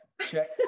check